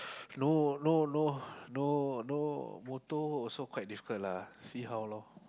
no no no no no motto also quite difficult lah see how lor